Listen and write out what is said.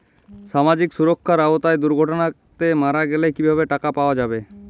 সামাজিক সুরক্ষার আওতায় দুর্ঘটনাতে মারা গেলে কিভাবে টাকা পাওয়া যাবে?